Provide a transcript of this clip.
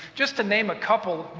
just to name a couple,